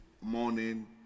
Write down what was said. morning